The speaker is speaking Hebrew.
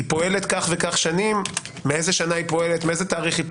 מאיזה תאריך היא פועלת?